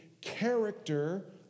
character